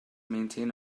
maintain